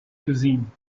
cuisine